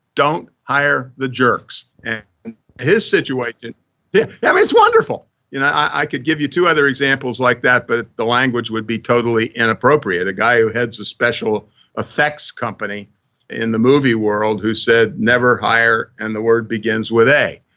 don't hire the jerks. and his situation yeah um it's wonderful you know i could give you two other examples like that, but the language would be totally inappropriate. a guy who heads a special effects company in the movie world who said, never hire, and the word begins with a.